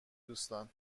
دوستان